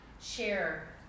share